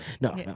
No